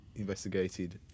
investigated